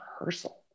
rehearsal